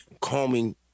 calming